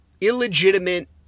illegitimate